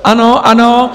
Ano, ano.